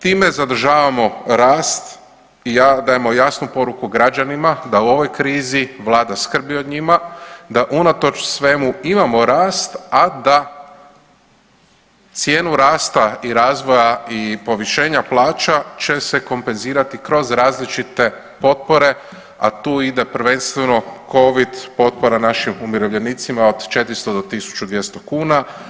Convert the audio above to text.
Time zadržavamo rast i dajemo jasnu poruku građanima da u ovoj krizi vlada skrb o njima, da unatoč svemu imamo rast a da cijenu rasta i razvoja i povišenja plaća će se kompenzirati kroz različite potpore, a tu ide prvenstveno covid potpora našim umirovljenicima od 400 do 1200 kuna.